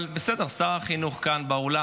אבל בסדר, שר החינוך כאן באולם.